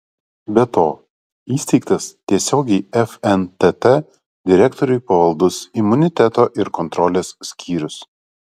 be to įsteigtas tiesiogiai fntt direktoriui pavaldus imuniteto ir kontrolės skyrius